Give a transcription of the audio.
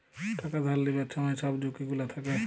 টাকা ধার লিবার ছময় ছব ঝুঁকি গুলা থ্যাকে